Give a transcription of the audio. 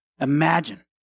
Imagine